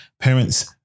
Parents